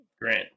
Grant